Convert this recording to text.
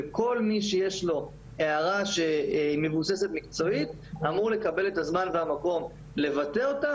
כל מי שיש לו הערה מבוססת מקצועית אמור לקבל את הזמן והמקום לבטא אותה,